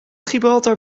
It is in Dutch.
gibraltar